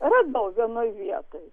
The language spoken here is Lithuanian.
radau vienoj vietoj